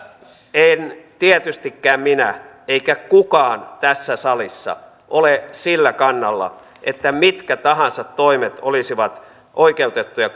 en tietystikään minä eikä kukaan tässä salissa ole sillä kannalla että mitkä tahansa toimet olisivat oikeutettuja